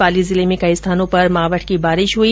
पाली जिले में कई स्थानों पर मावठ की बारिश हई